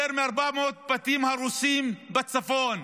יותר מ-400 בתים הרוסים בצפון.